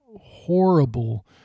horrible